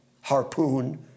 Harpoon